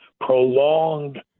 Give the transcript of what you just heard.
Prolonged